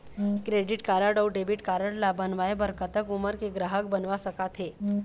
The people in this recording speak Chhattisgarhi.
क्रेडिट कारड अऊ डेबिट कारड ला बनवाए बर कतक उमर के ग्राहक बनवा सका थे?